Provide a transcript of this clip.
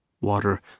Water